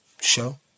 show